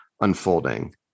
unfolding